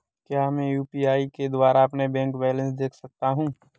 क्या मैं यू.पी.आई के द्वारा अपना बैंक बैलेंस देख सकता हूँ?